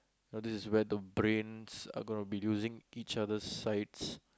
you know this is where the brains are gonna be using each other sides